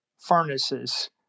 furnaces